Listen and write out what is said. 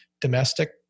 domestic